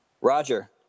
Roger